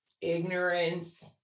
ignorance